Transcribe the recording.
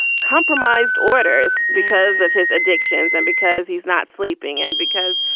compromised orders because of his addictions and because he's not sleeping and because,